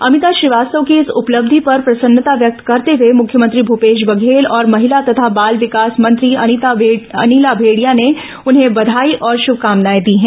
अमिता श्रीवास की इस उपलब्धि पर प्रसन्नता व्यक्त करते हुए मुख्यमंत्री भूपेश बघेल और महिला तथा बाल विकास मंत्री अनिला भेंडिया ने उन्हें बधाई और शुभकामनाएं दी हैं